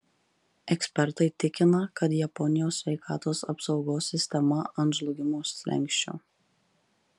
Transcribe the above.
ekspertai tikina kad japonijos sveikatos apsaugos sistema ant žlugimo slenksčio